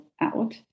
out